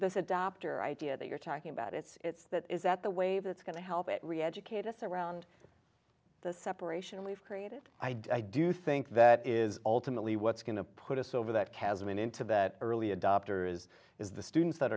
this adopter idea that you're talking about it's that is that the way that's going to help it reeducate us around the separation we've created i do think that is ultimately what's going to put us over that chasm into that early adopter is is the students that